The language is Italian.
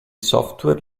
software